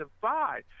divide